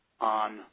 on